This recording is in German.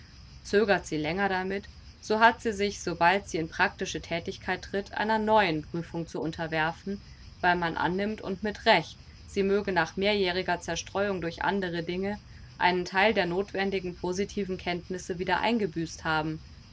zögert sie länger damit so hat sie sich sobald sie in practische thätigkeit tritt einer neuen prüfung zu unterwerfen weil man annimmt und mit recht sie möge nach mehrjähriger zerstreuung durch andre dinge einen theil der nothwendigen positiven kenntnisse wieder eingebüßt haben